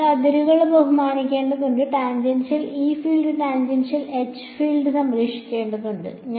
അതിനാൽ അതിരുകളിൽ ബഹുമാനിക്കേണ്ടത് tangential E field tangential H field സംരക്ഷിക്കേണ്ടതുണ്ട്